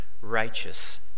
righteous